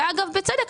ובצדק,